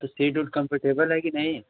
तो सीट उट कम्फर्टेबल है कि नहीं